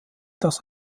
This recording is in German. dass